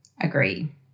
agree